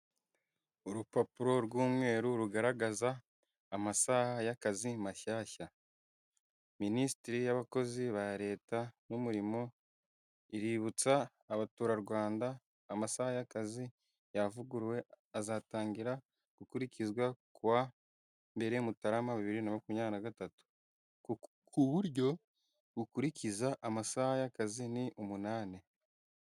Urupapuro rw'umweru rugaragaza amasaha y'akazi mashyashya, minisiteri y'abakozi ba leta n'umurimo iributsa abaturarwanda amasaha y'akazi yavuguruwe azatangira gukurikizwa ku wa mbere mutarama bibiri na makumyabiri na gatatu, ku buryo bukurikiza amasaha y'akazi ni umunani.